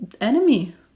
enemy